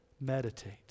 Meditate